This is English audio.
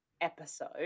episode